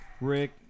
Rick